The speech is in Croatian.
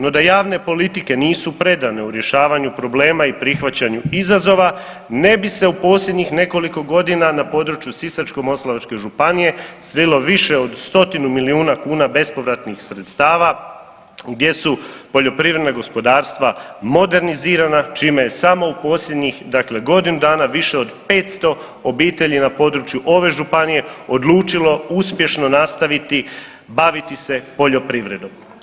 No da javne politike nisu predane u rješavanju problema i prihvaćanju izazova ne bi se u posljednjih nekoliko godina na području Sisačko-moslavačke županije slilo više od stotinu milijuna kuna bespovratnih sredstava gdje su poljoprivredna gospodarstva modernizirana, čime je samo u posljednjih dakle godinu dana više od 500 obitelji na području ove županije odlučilo uspješno nastaviti baviti se poljoprivredom.